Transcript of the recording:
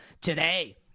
today